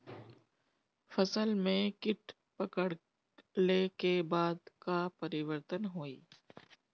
फसल में कीट पकड़ ले के बाद का परिवर्तन होई?